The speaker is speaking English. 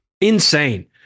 Insane